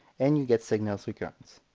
and you get segner's recurrence.